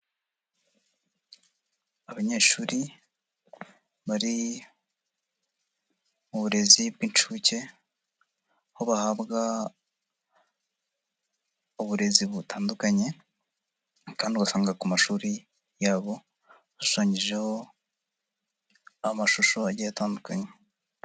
abanyeshuri bari mu burezi bw'incuke aho bahabwa uburezi butandukanye kandi u basanga ku mashuri yabo ashushanyijeho amashusho agiye atandukanye